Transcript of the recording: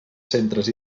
centres